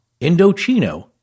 Indochino